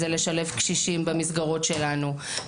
שמשלב קשישים במסגרות שלנו,